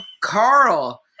Carl